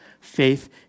faith